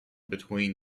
between